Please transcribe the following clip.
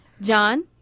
John